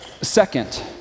Second